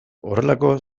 horrelako